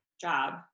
job